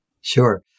Sure